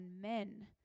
men